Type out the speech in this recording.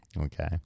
Okay